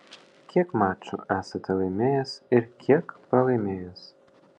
kiek mačų esate laimėjęs ir kiek pralaimėjęs